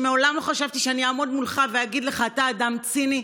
ומעולם לא חשבתי שאני אעמוד מולך ואגיד לך שאתה אדם ציני,